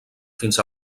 fins